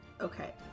Okay